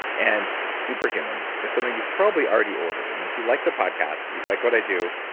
and super human is something you've probably already ordered. i mean if you like the podcast, you like what i do,